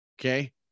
okay